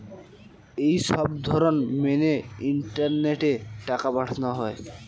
এই সবধরণ মেনে ইন্টারনেটে টাকা পাঠানো হয়